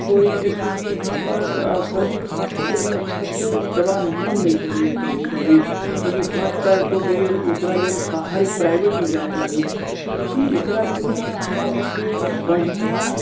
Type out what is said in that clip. कोइ जइसे कि इहाँ पर सर्दी खाँसी के भी अच्छा से दबा न मिल पबैए कभी कभी कभी हाथ पैर टूट गेल ओकरा लेल बाहरी प्राइवेट मे जाइ पड़ैए ई एकरा लेल न हमरा सभके बढ़िऑं